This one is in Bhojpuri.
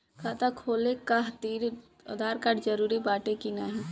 खाता खोले काहतिर आधार कार्ड जरूरी बाटे कि नाहीं?